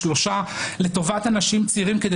שלושה חדרים לטובת אנשים צעירים כדי